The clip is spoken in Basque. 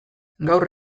gaur